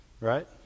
right